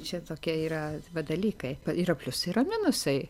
čia tokie yra va dalykai yra pliusai yra minusai